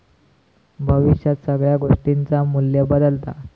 भविष्यात सगळ्या गोष्टींचा मू्ल्य बदालता